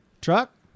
truck